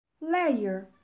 layer